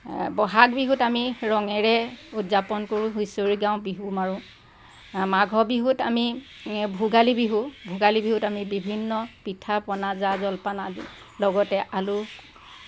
ব'হাগ বিহুত আমি ৰঙেৰে উদযাপন কৰোঁ হুঁচৰি গাওঁ বিহু মাৰোঁ মাঘৰ বিহুত আমি ভোগালী বিহু ভোগালী বিহুত আমি বিভিন্ন পিঠা পনা জা জলপান আদি লগতে আলু